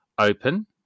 open